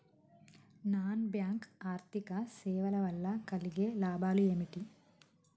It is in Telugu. నాన్ బ్యాంక్ ఆర్థిక సేవల వల్ల కలిగే లాభాలు ఏమిటి?